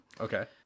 okay